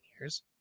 years